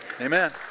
Amen